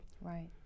Right